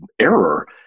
error